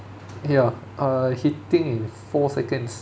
ya I hitting in four seconds